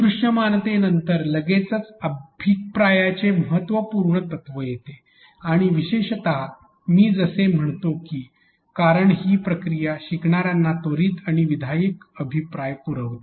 दृश्यात्मकते नंतर लगेचच अभिप्रायाचे महत्त्वपूर्ण तत्व येते आणि विशेषत मी जसे म्हणतो की कारण ही प्रणाली शिकणार्यांना त्वरित आणि विधायक अभिप्राय पुरविते